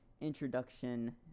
introduction